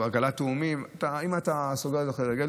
עגלת תאומים, אם אתה סוגר את זה להולכי רגל.